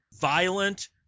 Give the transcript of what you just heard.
violent